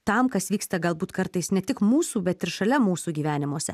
tam kas vyksta galbūt kartais ne tik mūsų bet ir šalia mūsų gyvenimuose